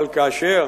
אבל כאשר